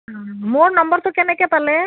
মোৰ নম্বৰটো কেনেকৈ পালে